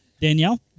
Danielle